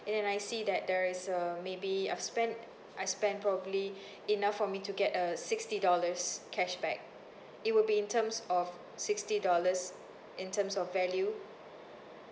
and then I see that there is uh maybe I've spend I spend probably enough for me to get a sixty dollars cashback it will be in terms of sixty dollars in terms of value